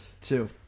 two